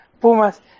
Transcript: Pumas